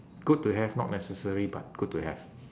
good to have not necessary but good to have